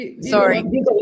Sorry